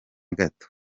gato